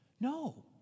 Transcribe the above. no